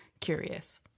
curious